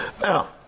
Now